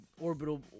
orbital